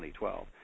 2012